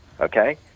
okay